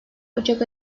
ocak